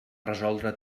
resoldre